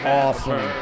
awesome